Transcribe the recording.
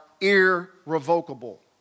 irrevocable